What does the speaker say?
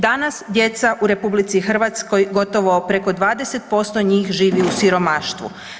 Danas djeca u RH gotovo preko 20% njih živi u siromaštvu.